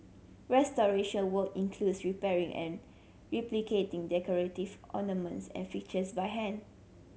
restoration work includes repairing and replicating decorative ornaments and fixtures by hand